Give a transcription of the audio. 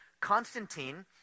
Constantine